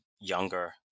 younger